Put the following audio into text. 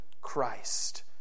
Christ